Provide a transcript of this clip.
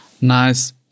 nice